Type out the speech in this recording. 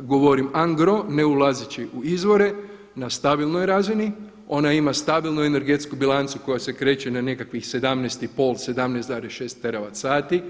govorim angro ne ulazeći u izvore na stabilnoj razini, ona ima stabilnu energetsku bilancu koja se kreće na nekakvih 17 i pol, 17,6 teravat sati.